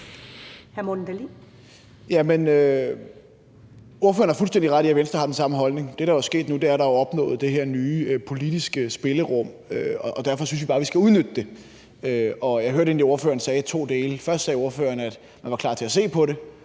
Morten Dahlin (V): Jamen ordføreren har fuldstændig ret i, at Venstre har den samme holdning. Det, der jo er sket nu, er, at der er opnået det her nye politiske spillerum, og derfor synes jeg bare, at vi skal udnytte det. Og jeg hørte egentlig, at ordføreren sagde noget i to dele. Først sagde ordføreren, at man var klar til at se på det.